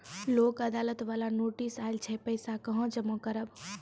लोक अदालत बाला नोटिस आयल छै पैसा कहां जमा करबऽ?